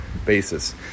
basis